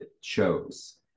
shows